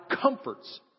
comforts